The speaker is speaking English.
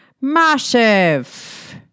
Massive